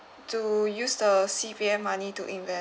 to use the C_P_F money to inve~